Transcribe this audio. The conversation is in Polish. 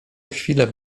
chwile